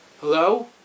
Hello